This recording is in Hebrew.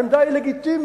העמדה היא לגיטימית,